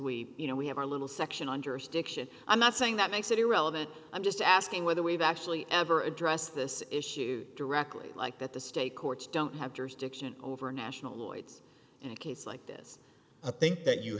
we you know we have our little section on jurisdiction i'm not saying that makes it irrelevant i'm just asking whether we've actually ever address this issue directly like that the state courts don't have jurisdiction over national lloyds in a case like this i think that you